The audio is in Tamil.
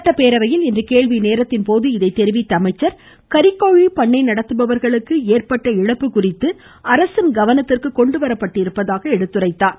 சட்டப் பேரவையில் இன்று கேள்வி நேரத்தின் போது இதை தெரிவித்த அமைச்சர் கறிக்கோழி பண்ணை நடத்துபவர்களுக்கு ஏற்பட்ட இழப்பு குறித்து அரசின் கவனத்திற்கு கொண்டுவரப்பட்டிருப்பதாக எடுத்துரைத்தார்